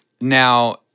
Now